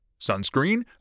Sunscreen